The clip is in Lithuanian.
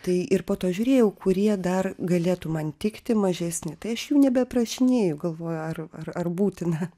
tai ir po to žiūrėjau kurie dar galėtų man tikti mažesni tai aš jų nebeaprašinėju galvoju ar ar ar būtina